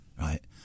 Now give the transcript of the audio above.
right